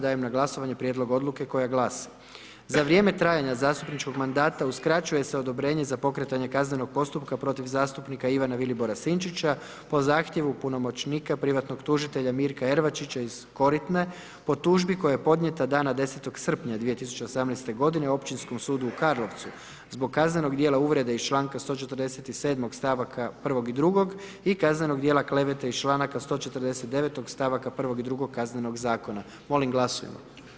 Dajem na glasovanje Prijedlog odluke koja glasi: „Za vrijeme trajanja zastupničkog mandata uskraćuje se odobrenje za pokretanje kaznenog postupka protiv zastupnika Ivana Vilibora-Sinčića po zahtjevu punomoćnika privatnog tužitelja Mirka Ervačića iz Koritne po tužbi koja je podnijeta dana 10. srpnja 2018. godine Općinskom sudu u Karlovcu zbog kaznenog djela uvrede iz članka 147. stavaka 1. i 2. i kaznenog dijela klevete iz članaka 149., stavaka 1. i 2. Kaznenog zakona.“ Molim glasujmo.